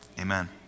Amen